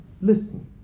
Listen